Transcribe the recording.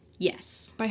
Yes